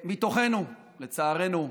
שמתוכנו, לצערנו,